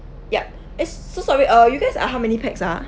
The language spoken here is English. ya eh so sorry uh you guys are how many pax ah